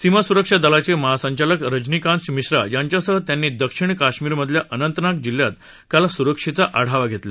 सीमासुरक्षा दलाचे महासंचालक रजनीकांत मिश्रा यांच्यासह त्यांनी दक्षिण कश्मीरमधल्या अनंतनाग जिल्ह्यात काल सुरक्षेचा आढावा घेतला